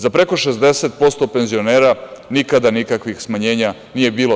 Za preko 60% penzionera nikada nikakvih smanjenja nije bilo.